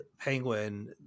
Penguin